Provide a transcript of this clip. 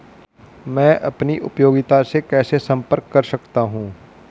मैं अपनी उपयोगिता से कैसे संपर्क कर सकता हूँ?